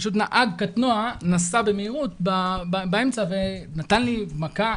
פשוט נהג קטנוע נסע במהירות באמצע ונתן לי מכה,